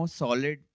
solid